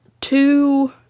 two